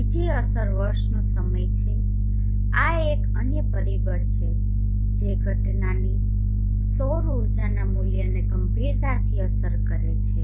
બીજી અસર વર્ષનો સમય છે આ એક અન્ય પરિબળ છે જે ઘટનાની સૌર ઉર્જાના મૂલ્યને ગંભીરતાથી અસર કરે છે